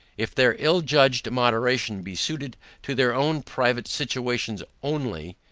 if their ill judged moderation be suited to their own private situations only,